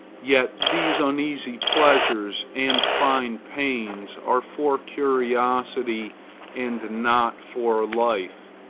yet these uneasy pleasures and fine pains are for curiosity and not for life.